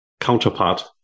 counterpart